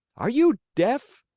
are you deaf?